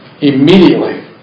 immediately